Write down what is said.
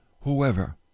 Whoever